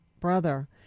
brother